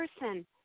person